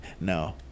No